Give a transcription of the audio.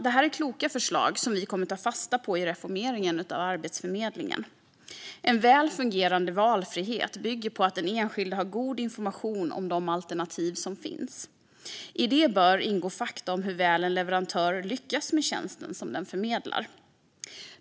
Detta är kloka förslag som vi kommer att ta fasta på i reformeringen av Arbetsförmedlingen. En väl fungerande valfrihet bygger på att den enskilde har god information om de olika alternativ som finns. I det bör ingå fakta om hur väl en leverantör lyckas med den tjänst som leverantören förmedlar.